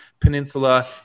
peninsula